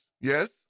yes